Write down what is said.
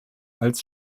als